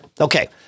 Okay